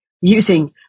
using